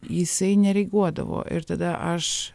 jisai nereaguodavo ir tada aš